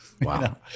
Wow